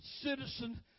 citizen